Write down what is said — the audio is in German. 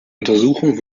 untersuchung